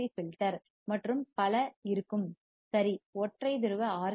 C filter மற்றும் பல இருக்கும் சரி ஒற்றை துருவ ஆர்